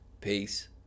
Peace